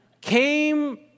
came